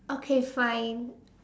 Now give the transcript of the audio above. okay fine